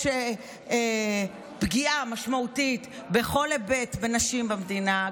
פגיעה משמעותית בנשים בכל היבט במדינה,